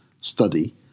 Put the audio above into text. study